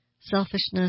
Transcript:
selfishness